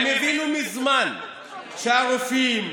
הם הבינו מזמן שהרופאים,